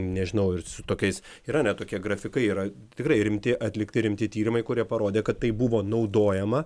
nežinau ir su tokiais yra net tokie grafikai yra tikrai rimti atlikti rimti tyrimai kurie parodė kad tai buvo naudojama